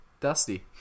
Dusty